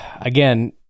again